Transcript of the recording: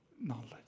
knowledge